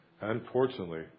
Unfortunately